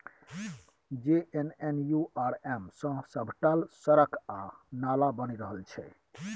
JNNURM सँ सभटा सड़क आ नाला बनि रहल छै